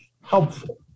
helpful